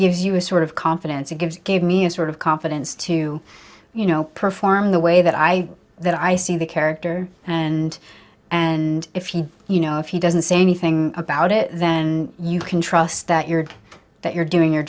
gives you a sort of confidence it gives it gave me a sort of confidence to you know perform the way that i that i see the character and and if he you know if he doesn't say anything about it then you can trust that you're that you're doing your